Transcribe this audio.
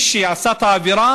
למי שעשה את העבירה,